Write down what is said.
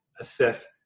assess